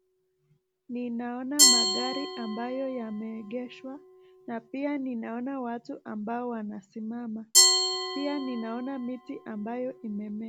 Ninaona magari ambayo yameegeshwa na pia ninaona watu ambao wanasimama. Pia ninaona miti ambayo imemea.